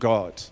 God